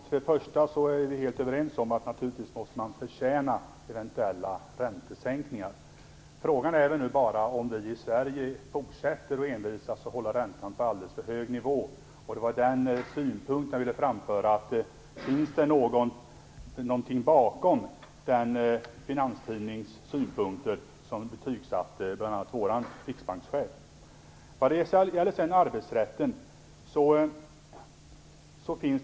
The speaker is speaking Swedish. Fru talman! Vi är helt överens om att man naturligtvis måste förtjäna eventuella räntesänkningar, Kjell Ericsson. Frågan är bara om vi i Sverige fortsätter att envisas med att hålla räntan på en alldeles för hög nivå. Det var den synpunkten jag ville framföra. Finns det någonting bakom de synpunkter som kom fram i en finanstidning och som bl.a. betygsatte vår riksbankschef?